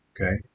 Okay